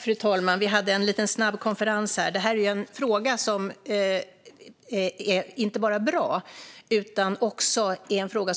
Fru talman! Det här är en fråga som inte bara är bra utan som också